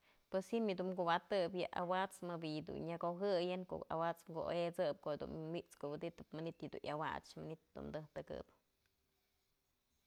Pues ji'im yë dun kuwa'atep awat's më bi'i yë dun nyakojëyën ko'o awat's ku esëp ko'o dun wi'iskuwiditëp manytë yëdun awach, manytë jedun tëjk tëkëp.